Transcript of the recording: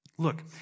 Look